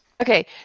Okay